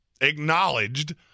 acknowledged